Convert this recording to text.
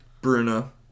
Bruno